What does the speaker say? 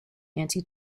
anti